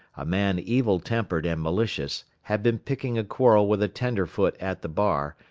a man evil-tempered and malicious, had been picking a quarrel with a tenderfoot at the bar,